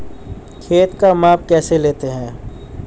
खेत का माप कैसे लेते हैं?